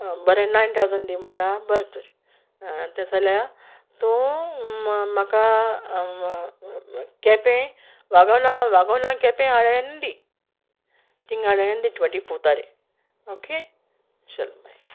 बरे नायन ठावजण दी म्हुणटा बोरें तोर तेशे जाल्या तूं म्हाका केपें वागोना वागोना केपें हाडून दी तिकांडेन दी ट्वेंटी फोर्ताडेन ओके चल बाय